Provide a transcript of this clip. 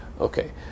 Okay